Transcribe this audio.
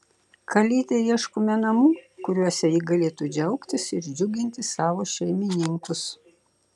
kalytei ieškome namų kuriuose ji galėtų džiaugtis ir džiuginti savo šeimininkus